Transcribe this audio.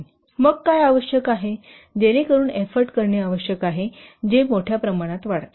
मग काय आवश्यक आहे जेणेकरून एफ्फोर्ट करणे आवश्यक आहे जे मोठ्या प्रमाणात वाढते